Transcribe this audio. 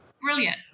Brilliant